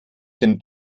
sind